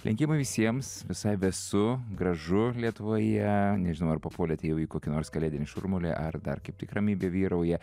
linkėjimai visiems visai vėsu gražu lietuvoje nežinau ar papuolėt jau į kokį nors kalėdinį šurmulį ar dar kaip tik ramybę vyrauja